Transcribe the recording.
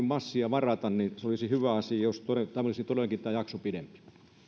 massia varata ja se olisi hyvä asia jos tämä jakso olisi todellakin pidempi